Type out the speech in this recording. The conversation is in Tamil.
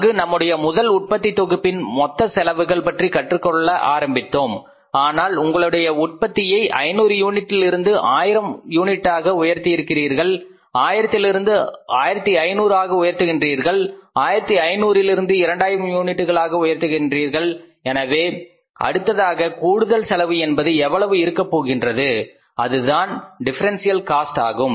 அங்கு நம்முடைய முதல் உற்பத்தி தொகுப்பின் மொத்த செலவுகள் பற்றி கற்றுக்கொள்ள ஆரம்பித்தோம் ஆனால் உங்களுடைய உற்பத்தியை 500 யூனிட்டில் இருந்து ஆயிரமாக உயர்த்தியிருக்கிறீர்கள் ஆயிரத்தில் இருந்து 1500 ஆக உயர்த்துகின்றீர்கள் 1500 லிருந்து 2000 யூனிட்டுகளாக உயர்த்துகின்றீர்கள் எனவே அடுத்ததாக கூடுதல் செலவு என்பது எவ்வளவு இருக்கப்போகின்றது அதுதான் டிஃபரெண்சியல் காஸ்ட் ஆகும்